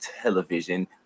television